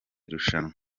rushanwa